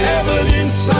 evidence